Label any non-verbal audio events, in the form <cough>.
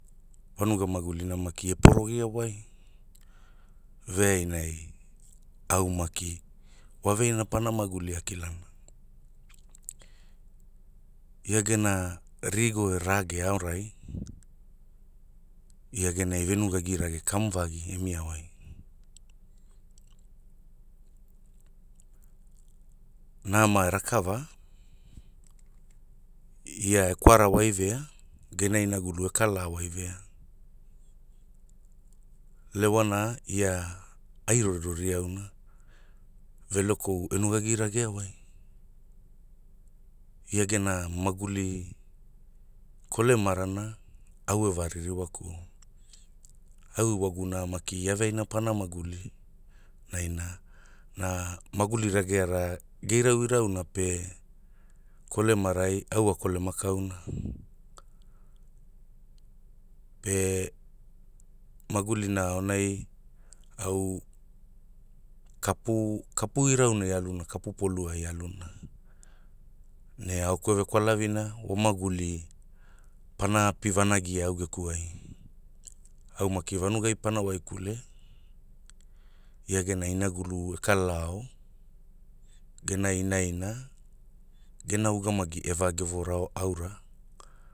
Vanuga magulina maki e <noise> porogia wai, veainai, au maki wa veaina pana maguli a kilana, ia gena rigo e rage aorai, ia genai ve nugagirage kamu vagi e mia wai, nama e rakava, ia e kwara wai vea, gena inagulu e kala wai vea, lewana ia ai rori rori auna, Velekou e nugagi ragea wai. Ia gena maguli kolemarana, au e va ririwakuo, au ewagumuna maki ia veaina pana maguli, naina, na, maguli rageara, ge irau irau na pe, kole marai au a kolema kauna. Pe, magulina aonai, au, kapu, kapu irauna a aluna kapu polu ai a aluna, ne aoku e ve kwalavina, wo maguli, pana api vanagia au geku ai, au maki vanugai pana waikule ia gena inagulu e kalao, gena inaina, gena ugamagi ve va gevorao aura.